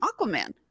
Aquaman